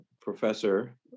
Professor